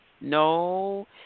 No